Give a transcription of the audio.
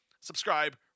subscribe